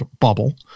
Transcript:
bubble